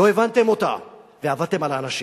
לא הבנתם אותה ועבדתם על האנשים.